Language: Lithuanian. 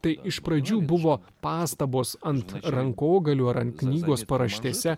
tai iš pradžių buvo pastabos ant rankogalių ar ant knygos paraštėse